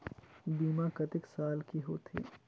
बीमा कतेक साल के होथे?